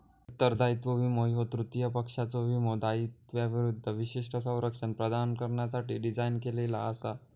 उत्तरदायित्व विमो ह्यो तृतीय पक्षाच्यो विमो दाव्यांविरूद्ध विशिष्ट संरक्षण प्रदान करण्यासाठी डिझाइन केलेला असा